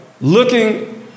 looking